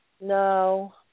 No